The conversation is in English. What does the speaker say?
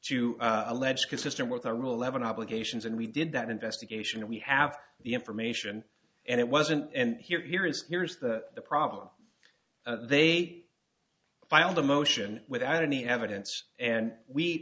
to allege consistent with a rule eleven obligations and we did that investigation and we have the information and it wasn't and here is here's the problem they filed a motion without any evidence and we